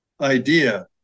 idea